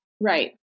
Right